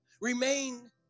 Remain